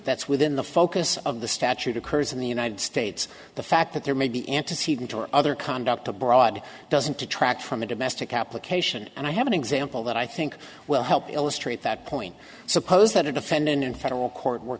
that's within the focus of the statute occurs in the united states the fact that there may be antecedents or other conduct abroad doesn't detract from the domestic application and i have an example that i think will help illustrate that point suppose that a defendant in federal court